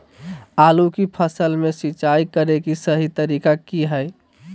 आलू की फसल में सिंचाई करें कि सही तरीका की हय?